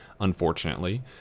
unfortunately